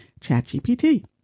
ChatGPT